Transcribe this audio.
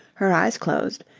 her eyes closed,